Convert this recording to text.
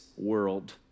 world